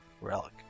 relic